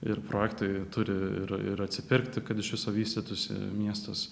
ir projektai turi ir ir atsipirkti kad iš viso vystytųsi miestas